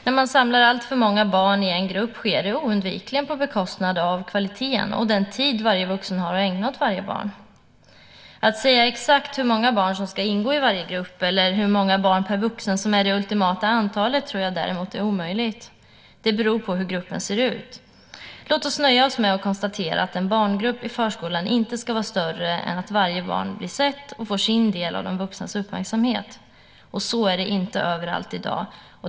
När man samlar alltför många barn i en grupp sker det oundvikligen på bekostnad av kvaliteten och den tid varje vuxen har att ägna åt varje barn. Att säga exakt hur många barn som ska ingå i varje grupp eller hur många barn per vuxen som är det ultimata antalet tror jag däremot är omöjligt. Det beror på hur gruppen ser ut. Låt oss nöja oss med att konstatera att en barngrupp i förskolan inte ska vara större än att varje barn blir sett och får sin del av de vuxnas uppmärksamhet. Så är det inte överallt i dag.